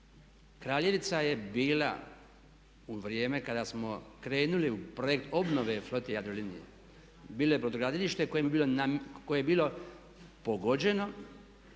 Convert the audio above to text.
Kraljevica je bila u vrijeme kada smo krenuli u projekt obnove flote Jadrolinije, bilo je brodogradilište koje je bilo pogođeno